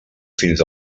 fins